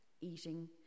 eating